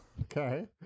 okay